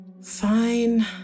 Fine